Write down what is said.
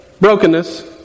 brokenness